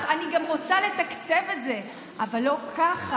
אני גם רוצה לתקצב את זה, אבל לא ככה.